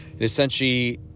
Essentially